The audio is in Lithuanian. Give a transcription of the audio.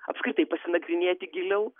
apskritai pasinagrinėti giliau